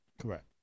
Correct